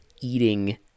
eating